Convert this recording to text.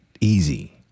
easy